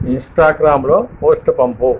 ఇంస్టాగ్రామ్లో పోస్ట్ పంపు